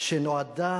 אחת שנועדה